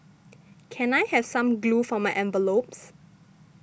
can I have some glue for my envelopes